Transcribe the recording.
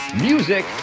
music